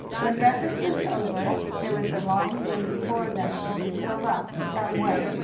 when breakfast was over there was the long day before them to be filled up in some way.